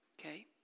okay